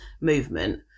movement